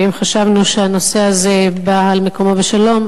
ואם חשבנו שהנושא הזה בא על מקומו בשלום,